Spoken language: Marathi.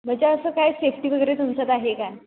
म्हणजे असं काय सेफ्टी वगैरे तुमच्यात आहे का